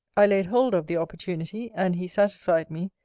i laid hold of the opportunity, and he satisfied me,